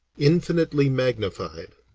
infinitely magnified,